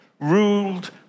ruled